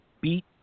beat